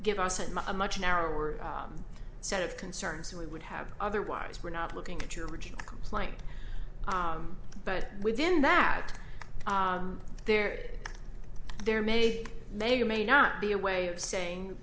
give us a much narrower set of concerns that we would have otherwise we're not looking at your original complaint but within that there there may may or may not be a way of saying